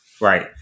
Right